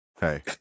hey